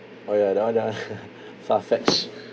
oh ya that one that one far fetch